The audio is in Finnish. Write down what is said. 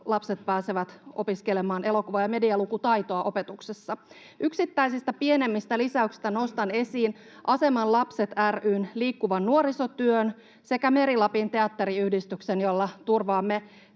lapset pääsevät opiskelemaan elokuva- ja medialukutaitoa opetuksessa. Yksittäisistä pienemmistä lisäyksistä nostan esiin Aseman Lapset ry:n, liikkuvan nuorisotyön sekä Meri-Lapin Teatteriyhdistyksen, jolla turvaamme